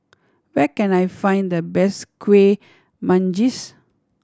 where can I find the best Kueh Manggis